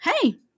hey